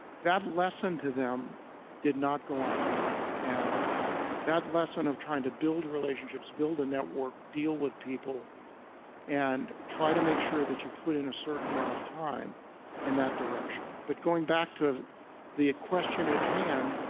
that lesson to them did not go unheeded. and that lesson of trying to build relationships build a network, deal with people and try to make sure that you put in a certain amount of time in that direction. but going back to the question at hand,